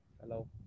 Hello